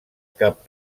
cap